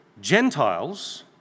Gentiles